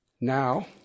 Now